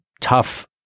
tough